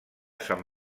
sant